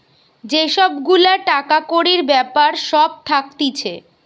যে সব গুলা টাকা কড়ির বেপার সব থাকতিছে